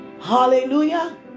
Hallelujah